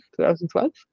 2012